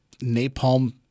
napalm